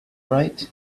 right